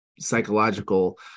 psychological